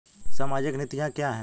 सामाजिक नीतियाँ क्या हैं?